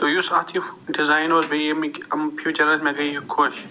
تہٕ یُس اَتھ یہِ ڈِزین اوس بیٚیہِ ییٚمِک یِم فیٖچر ٲسۍ مےٚ گٔے یہِ خۄش